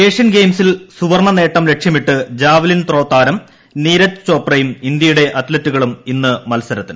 Asian ഗെയിംസിൽ സുവർണ്ണ നേട്ടം ലക്ഷ്യമിട്ട് ജാവ്ലിൻ ത്രോ താരം നീരജ് ചോപ്രയും ഇന്ത്യയുടെ അത്ലറ്റുകളും ഇന്ന് മത്സരത്തിന്